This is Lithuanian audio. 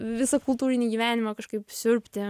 visą kultūrinį gyvenimą kažkaip siurbti